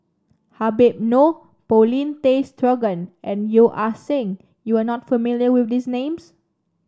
Habib Noh Paulin Tay Straughan and Yeo Ah Seng You are not familiar with these names